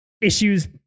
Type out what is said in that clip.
issues